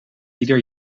ieder